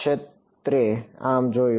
ક્ષેત્રે આમ જોયું